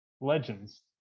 legends